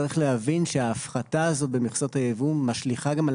צריך להבין שההפחתה הזאת במכסות הייבוא משליכה גם על